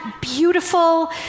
beautiful